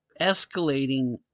escalating